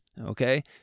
Okay